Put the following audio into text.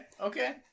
Okay